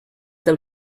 del